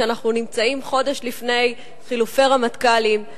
כשאנחנו נמצאים חודש לפני חילופי רמטכ"לים,